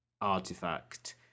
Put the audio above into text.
artifact